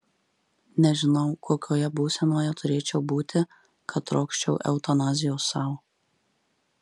nežinau kokioje būsenoje turėčiau būti kad trokščiau eutanazijos sau